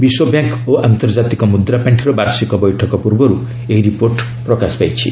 ବିଶ୍ୱ ବ୍ୟାଙ୍କ୍ ଓ ଆନ୍ତର୍ଜାତିକ ମୁଦ୍ରାପାଣ୍ଠିର ବାର୍ଷିକ ବୈଠକ ପ୍ରର୍ବର୍ତ୍ତ ଏହି ରିପୋର୍ଟ ପ୍ରକାଶ ପାଇଛି